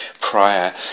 prior